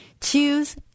Choose